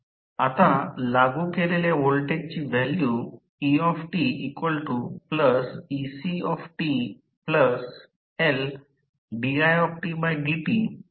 आता लागू केलेल्या व्होल्टेजची व्हॅल्यू etectLditdtRit हे आहे